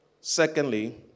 Secondly